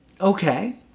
Okay